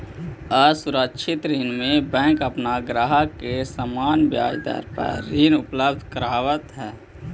असुरक्षित ऋण में बैंक अपन ग्राहक के सामान्य ब्याज दर पर ऋण उपलब्ध करावऽ हइ